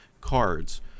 cards